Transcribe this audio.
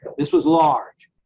this was large.